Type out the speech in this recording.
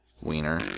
wiener